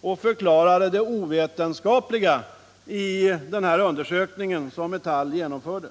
och förklarade det ovetenskapliga i den undersökning som Metall genomförde.